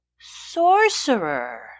sorcerer